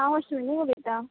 हांव अश्विनी उलयतां